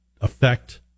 affect